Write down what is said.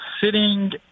sitting